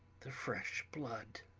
the fresh blood!